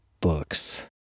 books